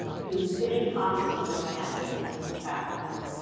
whose spinning compass needle fascinates his captors,